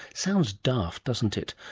sounds daft, doesn't it!